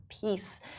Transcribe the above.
peace